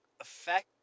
affect